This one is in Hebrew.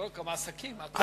גם עסקים, כרטיסי אשראי.